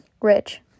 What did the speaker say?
rich